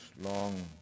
long